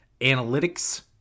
analytics